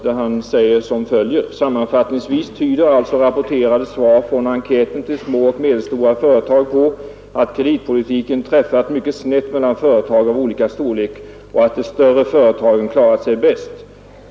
Författaren säger som följer: ”Sammanfattningsvis tyder alltså rapporterade svar från enkäten till små och medelstora företag på att kreditpolitiken träffat mycket snett mellan företag av olika storlek och att de större företagen klarat sig bäst.